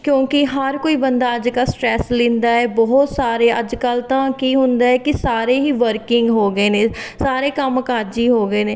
ਕਿਉਂਕਿ ਹਰ ਕੋਈ ਬੰਦਾ ਅੱਜ ਕੱਲ੍ਹ ਸਟ੍ਰੈੱਸ ਲੈਂਦਾ ਹੈ ਬਹੁਤ ਸਾਰੇ ਅੱਜ ਕੱਲ੍ਹ ਤਾਂ ਕੀ ਹੁੰਦਾ ਹੈ ਕਿ ਸਾਰੇ ਹੀ ਵਰਕਿੰਗ ਹੋ ਗਏ ਨੇ ਸਾਰੇ ਕੰਮ ਕਾਜੀ ਹੋ ਗਏ ਨੇ